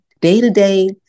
day-to-day